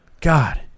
God